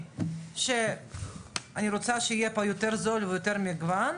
שאני רוצה שיהיה פה יותר זול ויותר מגוון,